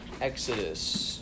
Exodus